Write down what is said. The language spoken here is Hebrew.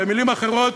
במילים אחרות,